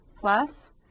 Plus